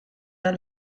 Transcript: der